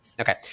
Okay